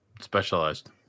specialized